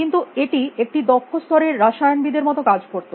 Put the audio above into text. কিন্তু এটি একটি দক্ষ স্তরের রসায়নবিদের মত কাজ করত